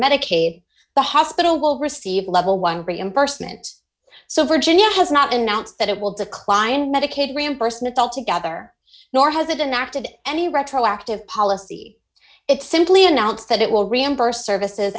medicaid the hospital will receive level one reimbursement so virginia has not announced that it will decline medicaid reimbursement altogether nor has it impacted any retroactive policy it simply announced that it will reimburse services